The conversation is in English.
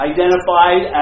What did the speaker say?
Identified